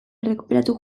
errekuperatu